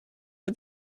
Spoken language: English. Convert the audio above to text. for